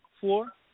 four